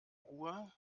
ruhr